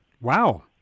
Wow